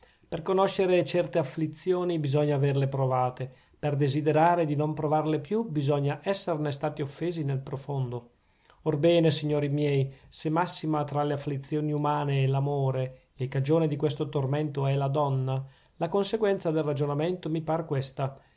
per conoscere certe afflizioni bisogna averle provate per desiderare di non provarle più bisogna esserne stati offesi nel profondo orbene signori miei se massima tra le afflizioni umane è l'amore e cagione di questo tormento è la donna la conseguenza del ragionamento mi par questa